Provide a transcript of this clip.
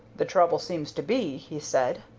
the trouble seems to be, he said,